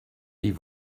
die